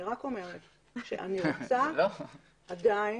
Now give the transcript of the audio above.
אני רק אומרת שאני רוצה עדיין,